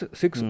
six